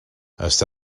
està